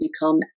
become